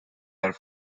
are